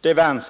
Det är